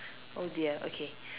oh dear okay